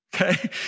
Okay